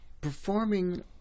Performing